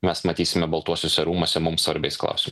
mes matysime baltuosiuose rūmuose mums svarbiais klausimais